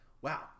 wow